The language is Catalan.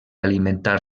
alimentar